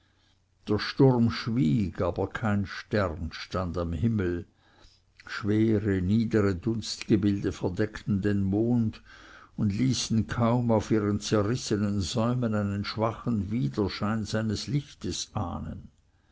der sturm schwieg aber kein stern stand am himmel schwere niedere dunstgebilde verdeckten den mond und ließen kaum auf ihren zerrissenen säumen einen schwachen widerschein seines lichtes ahnen